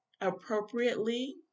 appropriately